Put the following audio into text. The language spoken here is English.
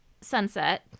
sunset